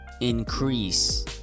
increase